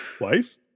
Wife